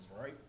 Right